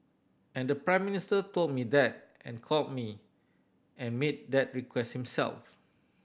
and the Prime Minister told me that and called me and made that request himself